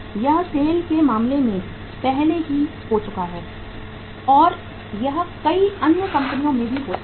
यह सेल के मामले में पहले ही हो चुका है और यह कई अन्य कंपनियों में भी हो सकता है